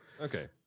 Okay